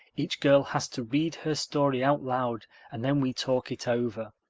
each girl has to read her story out loud and then we talk it over.